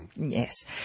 Yes